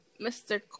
mr